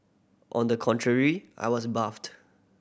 on the contrary I was baffled